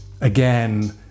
Again